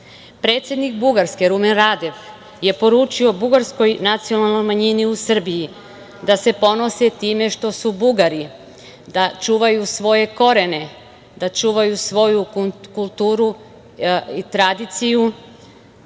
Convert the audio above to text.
Bugarske Rumen Radev je poručio bugarskoj nacionalnoj manjini u Srbiji da se ponose time što su Bugari, da čuvaju svoje korene, da čuvaju svoju kulturu i tradiciju,